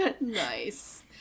Nice